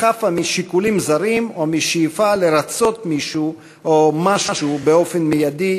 אך חפה משיקולים זרים ומשאיפה לרצות מישהו או משהו באופן מיידי,